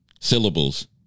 syllables